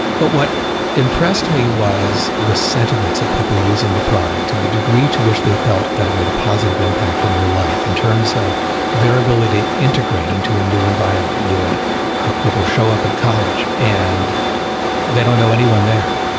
but what impressed me was the sentiments of people using the product to the degree to which they felt that it made a positive impact in their life in terms of their ability to integrate into a new environment. you had people show up at college and they don't know anyone there,